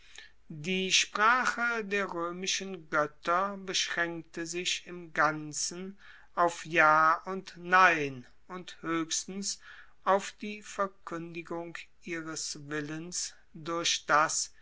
die sprache der roemischen goetter beschraenkte sich im ganzen auf ja und nein und hoechstens auf die verkuendigung ihres willens durch das